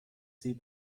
sie